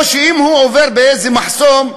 או שאם הוא עובר באיזה מחסום,